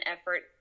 effort